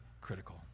critical